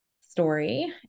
story